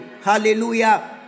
Hallelujah